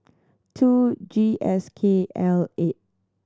two G S K L eight